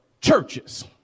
churches